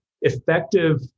effective